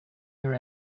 your